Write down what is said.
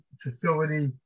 facility